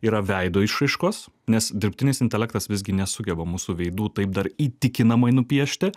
yra veido išraiškos nes dirbtinis intelektas visgi nesugeba mūsų veidų taip dar įtikinamai nupiešti